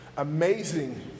amazing